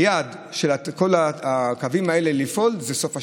היעד של כל הקווים האלה לפעול הוא עד סוף השנה,